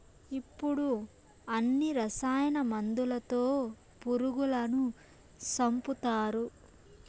ఇప్పుడు అన్ని రసాయన మందులతో పురుగులను సంపుతారు